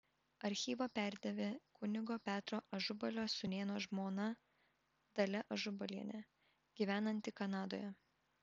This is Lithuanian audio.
archyvą perdavė kunigo petro ažubalio sūnėno žmona dalia ažubalienė gyvenanti kanadoje